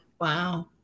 Wow